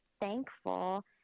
thankful